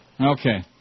Okay